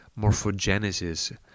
Morphogenesis